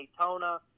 Daytona